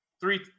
three